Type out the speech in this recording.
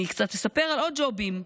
אני קצת אספר על עוד ג'ובים.